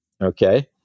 Okay